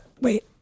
Wait